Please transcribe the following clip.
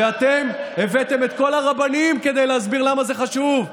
ואתם הבאתם את כל הרבנים כדי להסביר למה זה חשוב,